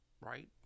right